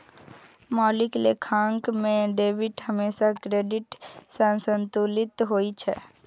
मौलिक लेखांकन मे डेबिट हमेशा क्रेडिट सं संतुलित होइ छै